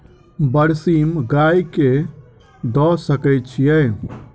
बरसीम गाय कऽ दऽ सकय छीयै?